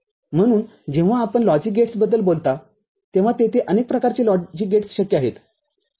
म्हणून जेव्हा आपण लॉजिक गेट्सबद्दल बोलता तेव्हा तेथे अनेक प्रकारचे लॉजिक गेट्स शक्य आहेत